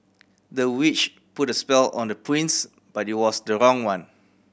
the witch put a spell on the prince but it was the wrong one